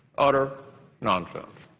utter nonsense.